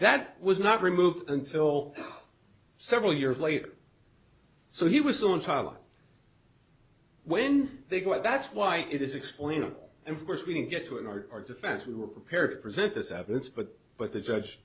that was not removed until several years later so he was on time when they go and that's why it is explainable and of course we didn't get to in our defense who were prepared to present this evidence but but the judge